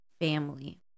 family